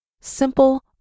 simple